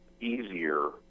easier